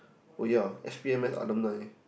oh yea S B M mass alumni